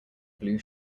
blue